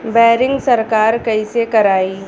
Boring सरकार कईसे करायी?